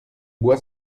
boit